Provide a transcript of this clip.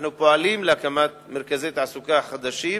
ואנחנו פועלים להקמת מרכזי תעסוקה חדשים.